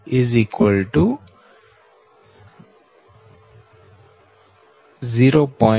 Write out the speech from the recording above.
524 82 0